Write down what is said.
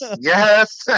Yes